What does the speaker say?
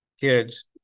kids